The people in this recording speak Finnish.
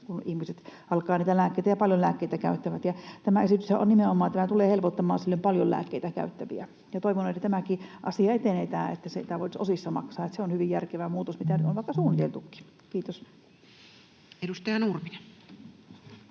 kun ihmiset alkavat niitä lääkkeitä ostamaan, ja paljon lääkkeitä käyttäville. Tämä esityshän nimenomaan tulee helpottamaan silloin paljon lääkkeitä käyttäviä. Ja toivon, että tämäkin asia etenee täällä, että sitä voisi osissa maksaa. Se on hyvin järkevä muutos, mitä nyt on suunniteltukin. — Kiitos. Edustaja Nurminen.